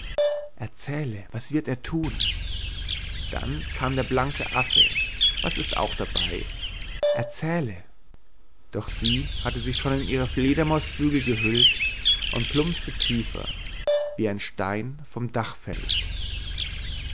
erzähle was wird er tun da kam der blanke affe was ist auch dabei erzähle doch sie hatte sich schon in ihre fledermausflügel gehüllt und plumpste tiefer wie ein stein vom dach